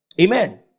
Amen